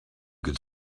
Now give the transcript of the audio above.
could